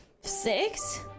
six